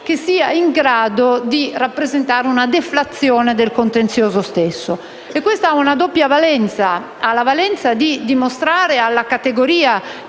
che siano in grado di rappresentare una deflazione del contenzioso stesso. Ciò ha una doppia valenza: da un lato quella di dimostrare alla categoria